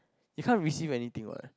you can't receive anything what